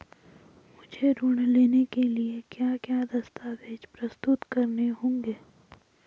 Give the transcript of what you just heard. मुझे ऋण लेने के लिए क्या क्या दस्तावेज़ प्रस्तुत करने होंगे?